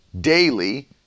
daily